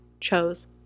chose